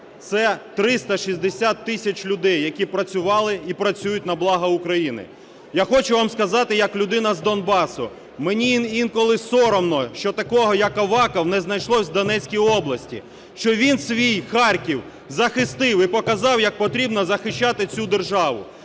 це 360 тисяч людей, які працювали і працюють на благо України. Я хочу вам сказати як людина з Донбасу: мені інколи соромно, що такого, як Аваков, не знайшлося в Донецькій області, що він свій Харків захистив і показав, як потрібно захищати цю державу.